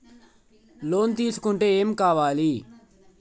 Loan తీసుకుంటే ఏం కావాలి?